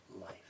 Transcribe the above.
life